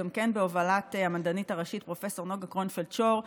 גם כן בהובלת המדענית הראשית פרופ' נוגה קרונפלד שור,